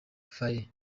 faye